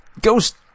Ghost